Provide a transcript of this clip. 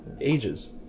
Ages